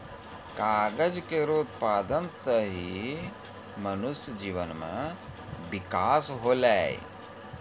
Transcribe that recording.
कागज केरो उत्पादन सें ही मनुष्य जीवन म बिकास होलै